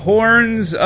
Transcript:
Horns